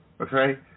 Okay